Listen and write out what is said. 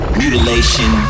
mutilation